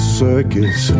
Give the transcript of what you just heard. circus